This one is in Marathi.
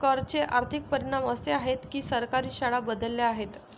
कर चे आर्थिक परिणाम असे आहेत की सरकारी शाळा बदलल्या आहेत